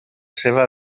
seva